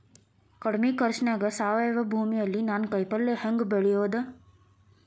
ಕಡಮಿ ಖರ್ಚನ್ಯಾಗ್ ಸಾವಯವ ಭೂಮಿಯಲ್ಲಿ ನಾನ್ ಕಾಯಿಪಲ್ಲೆ ಹೆಂಗ್ ಬೆಳಿಯೋದ್?